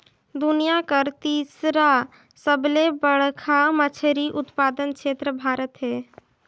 दुनिया कर तीसर सबले बड़खा मछली उत्पादक देश भारत हे